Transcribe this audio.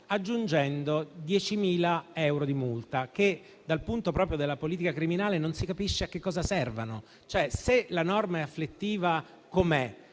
aggiungendo 10.000 euro di multa che, dal punto della politica criminale, non si capisce a cosa servano. Se la norma è afflittiva com'è,